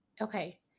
Okay